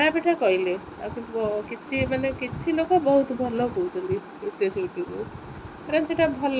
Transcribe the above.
ଏମିତି ସବୁ ଚାଲେ ଧର ଆମ ଏଠି ଗୋଟେ ଯେମିତି ପର୍ବପର୍ବାଣୀ ଆସିଲା ଯେମିତି ଓଡ଼ିଆ ଲୋକ ତାକୁ ଯେମିତି ସେଇ